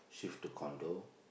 shift to condo